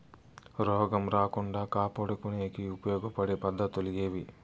రోగం రాకుండా కాపాడుకునేకి ఉపయోగపడే పద్ధతులు ఏవి?